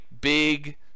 big